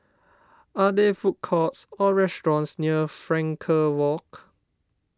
are there food courts or restaurants near Frankel Walk